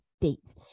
date